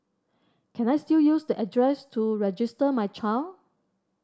can I still use the address to register my child